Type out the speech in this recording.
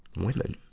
women.